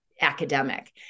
academic